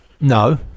No